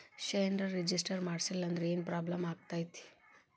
ಷೇರ್ನ ರಿಜಿಸ್ಟರ್ ಮಾಡ್ಸಿಲ್ಲಂದ್ರ ಏನ್ ಪ್ರಾಬ್ಲಮ್ ಆಗತೈತಿ